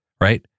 Right